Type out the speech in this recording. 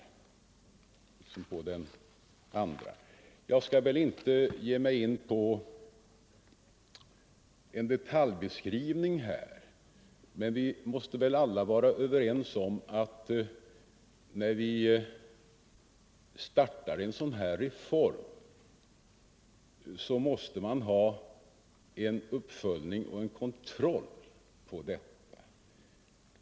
Jag skall inte ge mig in på en detaljbeskrivning av blanketterna, men vi måste väl alla vara överens om att när man startar en sådan här reform så måste man ha en uppföljning och en kontroll.